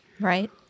Right